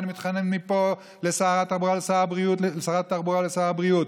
אני מתחנן מפה לשרת התחבורה ולשר הבריאות: